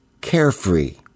Carefree